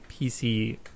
PC